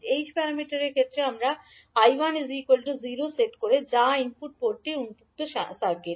H প্যারামিটারের ক্ষেত্রে আমরা 𝐈1 0 সেট করে যা ইনপুট পোর্টটি উন্মুক্ত সার্কিট